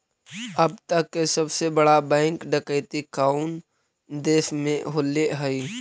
अब तक के सबसे बड़ा बैंक डकैती कउन देश में होले हइ?